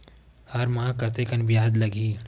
हर माह कतेकन ब्याज लगही?